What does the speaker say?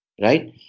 right